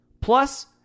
Plus